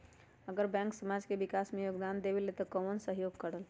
अगर बैंक समाज के विकास मे योगदान देबले त कबन सहयोग करल?